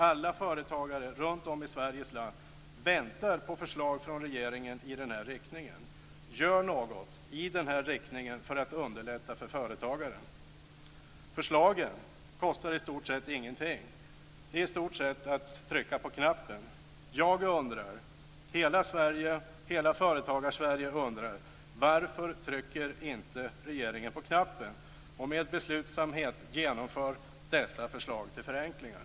Alla företagare runt om i Sveriges land väntar på förslag från regeringen i den här riktningen. Gör något i den här riktningen för att underlätta för företagaren! Förslagen kostar i stort sett ingenting. Det är i stort sett att trycka på knappen. Jag undrar, och hela Företagarsverige undrar: Varför trycker inte regeringen på knappen och med beslutsamhet genomför dessa förslag till förenklingar?